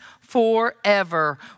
forever